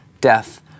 death